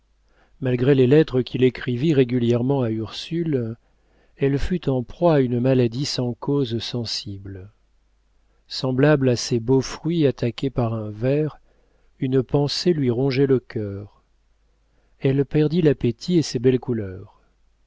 malgré les lettres qu'il écrivit régulièrement à ursule elle fut en proie à une maladie sans cause sensible semblable à ces beaux fruits attaqués par un ver une pensée lui rongeait le cœur elle perdit l'appétit et ses belles couleurs